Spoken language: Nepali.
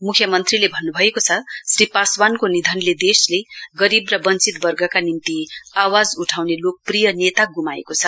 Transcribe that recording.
मुख्य मन्त्रीले भन्नुभएको छ श्री पासवानको निधनले देशले गरीब र वश्वितद वर्गका निम्ति आवाज उठाउने लोकप्रिय नेता गुमाएको छ